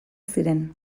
ziren